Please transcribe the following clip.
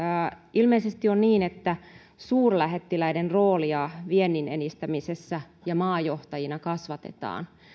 ilmeisesti on niin että suurlähettiläiden roolia viennin edistämisessä ja maajohtajina kasvatetaan